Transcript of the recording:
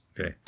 Okay